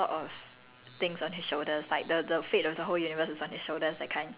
how to say I feel as a ten year old kid right he had a lot of